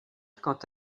quant